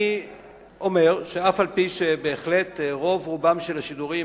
אני אומר שאף-על-פי שבהחלט רוב רובם של השידורים